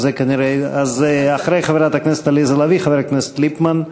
אז אחרי חברת הכנסת עליזה לביא, חבר הכנסת ליפמן.